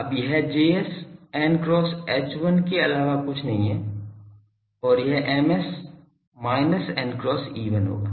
अब यह Js n cross H1 के अलावा कुछ नहीं है और यह Ms minus n cross E1 होगा